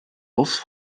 los